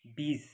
बिस